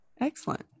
Excellent